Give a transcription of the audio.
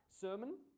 sermon